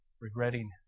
regretting